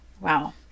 Wow